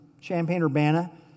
Champaign-Urbana